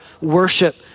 worship